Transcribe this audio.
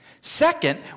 Second